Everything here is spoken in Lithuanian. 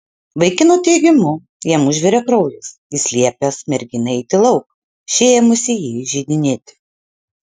vaikino teigimu jam užvirė kraujas jis liepęs merginai eiti lauk ši ėmusi jį įžeidinėti